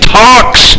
talks